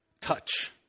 touch